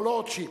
Your Lordship,